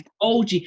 OG